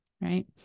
Right